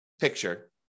picture